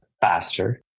faster